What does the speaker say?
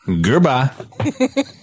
goodbye